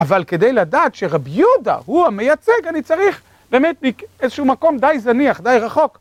אבל כדי לדעת שרב יהודה הוא המייצג, אני צריך באמת איזשהו מקום די זניח, די רחוק.